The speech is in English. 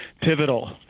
pivotal